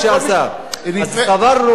אדוני